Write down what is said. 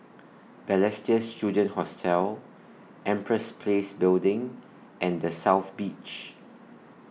Balestier Student Hostel Empress Place Building and The South Beach